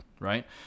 Right